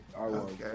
Okay